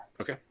okay